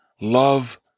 love